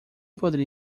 poderia